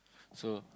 so